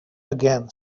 again